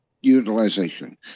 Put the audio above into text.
Utilization